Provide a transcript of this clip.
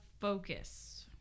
focus